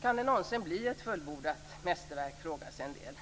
Kan det någonsin bli ett fullbordat mästerverk? frågar sig en del.